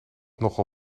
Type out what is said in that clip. nogal